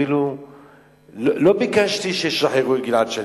לא ביקשתי שישחררו את גלעד שליט,